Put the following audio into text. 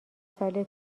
ساله